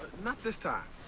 not this time.